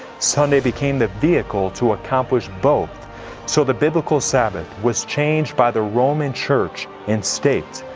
sunday became the vehicle to accomplish both so the biblical sabbath was changed by the roman church and state.